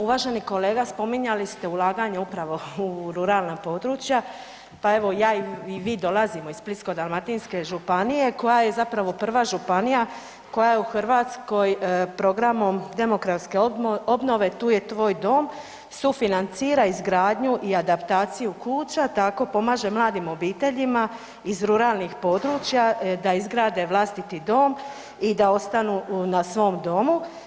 Uvaženi kolega, spominjali ste ulaganje upravo u ruralna područja pa evo, i ja i vi dolazimo iz Splitsko-dalmatinske županije koja je zapravo prva županija koja u Hrvatskoj programom demografske obnove Tu je tvoj dom, sufinancira izgradnju i adaptaciju kuća, tako pomaže mladim obiteljima iz ruralnih područja da izgrade vlastiti dom i da ostanu na svom domu.